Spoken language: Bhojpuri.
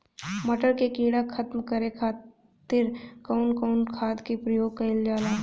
मटर में कीड़ा खत्म करे खातीर कउन कउन खाद के प्रयोग कईल जाला?